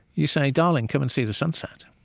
you say, darling, come and see the sunset,